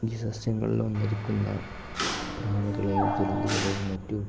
സസ്യങ്ങളില് വന്നിരിക്കുന്ന പ്രാണികളെയും ചിലന്തികളെയും മറ്റു